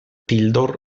tildor